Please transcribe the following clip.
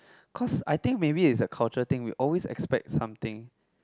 cause I think maybe is the culture thing we always expect something